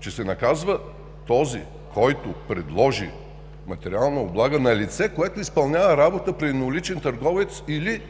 че се наказва този, който предложи материална облага на лице, което изпълнява работа при едноличен търговец или